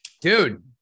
Dude